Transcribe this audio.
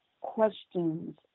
questions